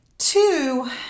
Two